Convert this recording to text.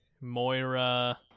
Moira